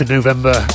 november